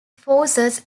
forces